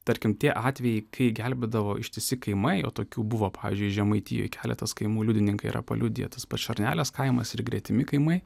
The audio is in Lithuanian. tarkim tie atvejai kai gelbėdavo ištisi kaimai o tokių buvo pavyzdžiui žemaitijoje keletas kaimų liudininkai yra paliudiję tas pats šernelės kaimas ir gretimi kaimai